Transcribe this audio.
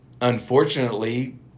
unfortunately